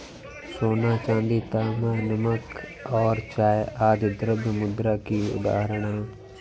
सोना, चांदी, तांबा, नमक और चाय आदि द्रव्य मुद्रा की उदाहरण हैं